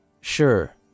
Sure